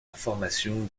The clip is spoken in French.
formation